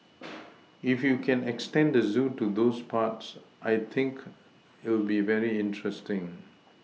if you can extend the zoo to those parts I think it'll be very interesting